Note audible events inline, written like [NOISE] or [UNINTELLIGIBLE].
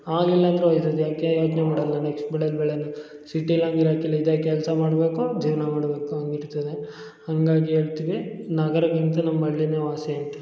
ಆಗಲಿಲ್ಲ ಅಂದರೆ [UNINTELLIGIBLE] ಯಾಕೆ ಯೋಚನೆ ಮಾಡಲ್ಲ ನೆಕ್ಸ್ಟ್ ಬೆಳೆ ಬೆಳ್ಯೋನ ಸಿಟಿಲಿ ಹಂಗೆ ಇರಕಿಲ್ಲ ಇದೆ ಕೆಲಸ ಮಾಡಬೇಕು ಜೀವನ ಮಾಡಬೇಕು ಹಾಗಿರ್ತದೆ ಹಾಗಾಗಿ ಹೇಳ್ತೀನಿ ನಗರಗಿಂತ ನಮ್ಮ ಹಳ್ಳಿನೆ ವಾಸಿ